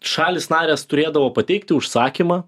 šalys narės turėdavo pateikti užsakymą